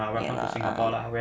ya